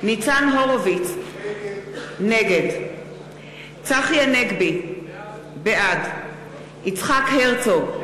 ניצן הורוביץ, נגד צחי הנגבי, בעד יצחק הרצוג,